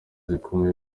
zikomeye